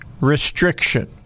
restriction